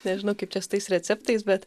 nežinau kaip čia su tais receptais bet